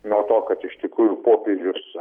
nuo to kad iš tikrųjų popiežius